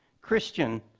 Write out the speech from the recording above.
christian,